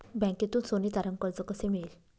बँकेतून सोने तारण कर्ज कसे मिळेल?